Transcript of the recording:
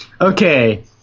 Okay